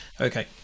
Okay